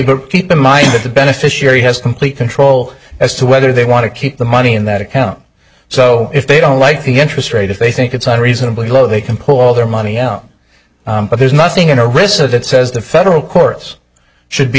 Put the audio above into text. the beneficiary has complete control as to whether they want to keep the money in that account so if they don't like the interest rate if they think it's unreasonably low they can pull all their money out but there's nothing in a risk of that says the federal courts should be